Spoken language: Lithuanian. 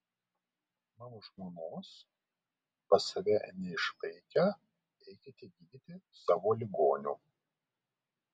mano žmonos pas save neišlaikę eikite gydyti savo ligonių